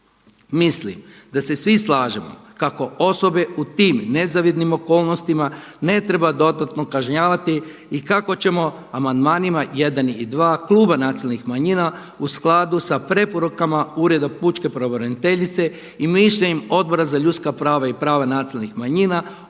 Mislim da se svi slažemo kako osobe u tim nezavidnim okolnostima ne treba dodatno kažnjavati i kako ćemo amandmani 1. i 2. kluba nacionalnih manjina u skladu sa preporukama Ureda pučke pravobraniteljice i mišljenjem Odbora za ljudska prava i prava nacionalnih manjina ojačati